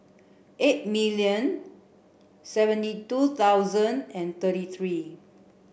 eight million seventy two thousand and thirty three